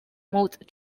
moved